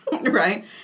Right